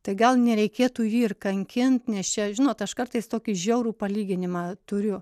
tai gal nereikėtų jį ir kankint nes čia žinot aš kartais tokį žiaurų palyginimą turiu